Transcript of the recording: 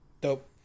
Dope